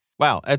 Wow